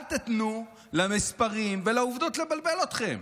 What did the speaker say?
אל תיתנו למספרים ולעובדות לבלבל אתכם.